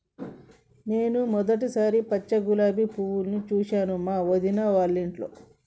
నేను మొదటిసారి పచ్చ గులాబీ పువ్వును చూసాను మా వదిన వాళ్ళింట్లో